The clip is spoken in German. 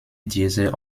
dieser